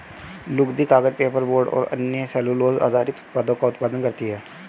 लुगदी, कागज, पेपरबोर्ड और अन्य सेलूलोज़ आधारित उत्पादों का उत्पादन करती हैं